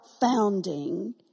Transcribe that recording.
founding